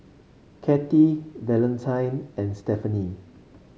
Cathey Valentine and Stephenie